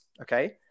okay